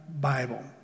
Bible